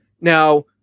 Now